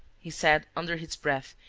he said, under his breath,